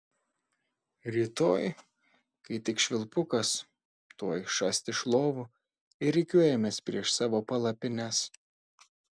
rytoj kai tik švilpukas tuoj šast iš lovų ir rikiuojamės prieš savo palapines